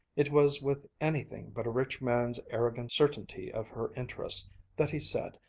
it was with anything but a rich man's arrogant certainty of her interest that he said,